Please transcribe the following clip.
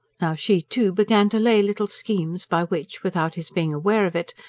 now she, too, began to lay little schemes by which, without his being aware of it,